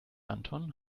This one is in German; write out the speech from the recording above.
anton